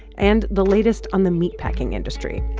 and the latest on the meatpacking industry.